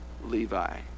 Levi